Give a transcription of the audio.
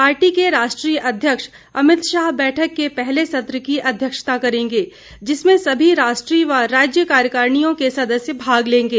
party के राष्ट्रीय अध्यक्ष अमित शाह बैठक के पहले सत्र की अध्यक्षता करेंगे जिसमें सभी राष्ट्रीय व राज्य कार्यकारिणीयों के सदस्य भाग लेंगे